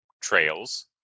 trails